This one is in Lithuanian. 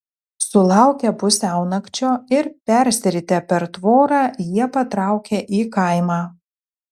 sulaukę pusiaunakčio ir persiritę per tvorą jie patraukė į kaimą